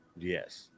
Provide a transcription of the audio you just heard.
Yes